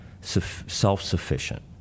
self-sufficient